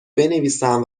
بنویسم